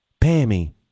Pammy